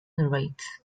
narrates